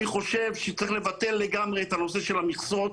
אני חושב שצריך לבטל לגמרי את הנושא של המכסות,